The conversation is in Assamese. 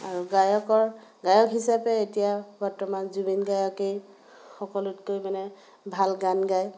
আৰু গায়কৰ গায়ক হিচাপে এতিয়া বৰ্তমান জুবিন গাৰ্গেই সকলোতকৈ মানে ভাল গান গায়